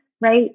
right